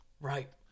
Right